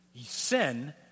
Sin